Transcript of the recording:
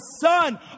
son